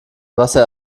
wasser